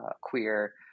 queer